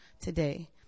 today